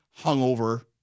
hungover